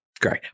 Great